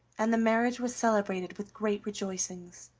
and the marriage was celebrated with great rejoicings.